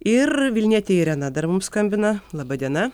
ir vilnietė irena dar mums skambina laba diena